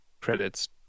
credits